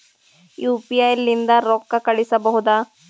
UPI ಲಿಂದ ರೊಕ್ಕ ಕಳಿಸಬಹುದಾ?